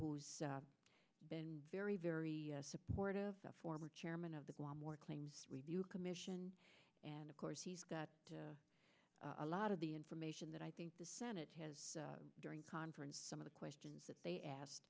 who's been very very supportive the former chairman of the guam or claims review commission and of course he's got to a lot of the information that i think the senate has during conference some of the questions that they asked